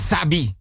Sabi